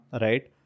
right